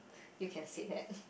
you can say that